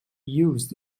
used